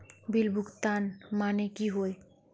Bill भुगतान माने की होय?